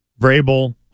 Vrabel